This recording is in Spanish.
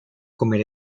comer